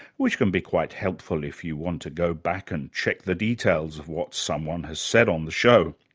which can be quite helpful if you want to go back and check the details of what someone has said on the show.